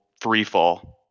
freefall